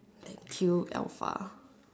thank you alpha